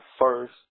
first